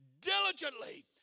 diligently